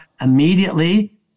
immediately